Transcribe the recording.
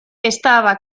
estaba